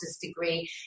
degree